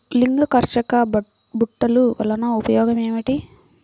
లింగాకర్షక బుట్టలు వలన ఉపయోగం ఏమిటి?